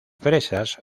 fresas